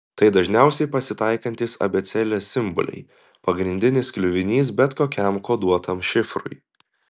tai dažniausiai pasitaikantys abėcėlės simboliai pagrindinis kliuvinys bet kokiam koduotam šifrui